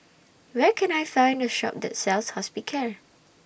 Where Can I Find A Shop that sells Hospicare